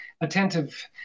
attentive